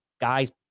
guy's